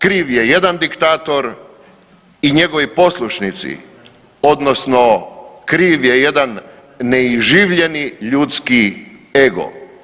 Kriv je jedan diktator i njegovi poslušnici, odnosno kriv je jedan neiživljeni ljudski ego.